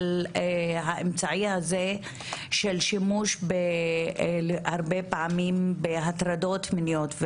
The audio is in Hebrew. אבל האמצעי הזה של שימוש הרבה פעמים בהטרדות מיניות,